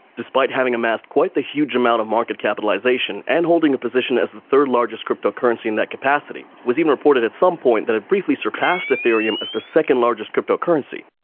despite having amassed quite a huge amount of market capitalization and holding a position as the third largest cryptocurrency in that capacity was even reported at some point that it briefly surpassed ethereum as the second largest cryptocurrency.